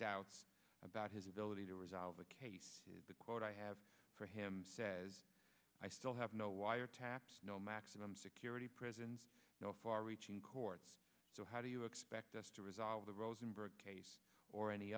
doubts about his ability to resolve a case is the quote i have for him says i still have no wiretaps no maximum security prisons no far reaching courts so how do you expect us to resolve the rosenberg case or any